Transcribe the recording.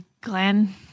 Glenn